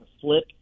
flip